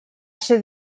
ser